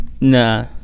Nah